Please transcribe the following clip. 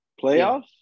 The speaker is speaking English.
playoffs